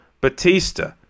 Batista